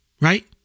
Right